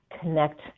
connect